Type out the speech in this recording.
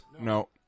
No